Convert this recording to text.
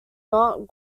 not